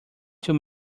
too